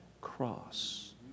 cross